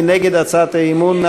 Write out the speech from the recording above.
מי נגד הצעת האי-אמון?